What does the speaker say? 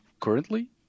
currently